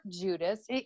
Judas